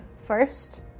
first